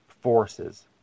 forces